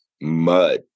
mud